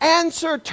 answer